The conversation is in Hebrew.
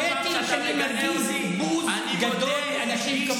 האמת היא שאני מרגיש בוז גדול לאנשים כמוך.